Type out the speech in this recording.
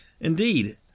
Indeed